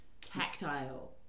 tactile